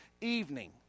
evening